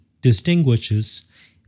distinguishes